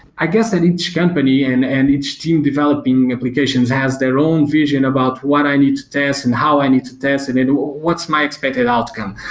i guess that each company and and each team developing applications has their own vision about what i need to test and how i need to test and and what's my expected outcome.